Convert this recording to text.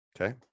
Okay